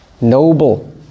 noble